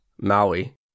Maui